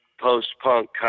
post-punk